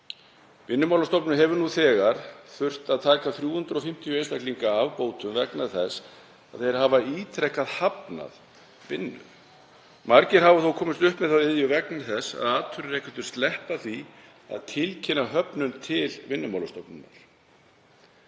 Vinnumálastofnun hefur nú þegar þurft að taka 350 einstaklinga af bótum vegna þess að þeir hafa ítrekað hafnað vinnu. Margir hafa komist upp með þá iðju vegna þess að atvinnurekendur sleppa því að tilkynna höfnun til Vinnumálastofnunar.